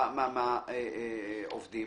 חלק מהעובדים